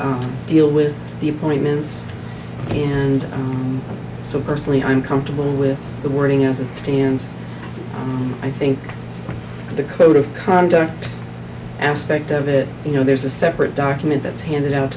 deal with the appointments and so personally i'm comfortable with the wording as it stands i think the code of conduct aspect of it you know there's a separate document that's handed out